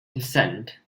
descent